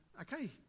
okay